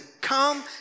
Come